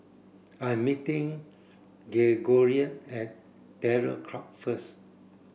I'm meeting Gregorio at Terror Club first